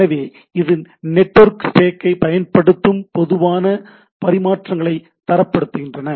எனவே இது நெட்வொர்க் ஸ்டேக்கைப் பயன்படுத்தும் பொதுவான பரிமாற்றங்களை தரப்படுத்துகின்றது